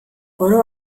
oro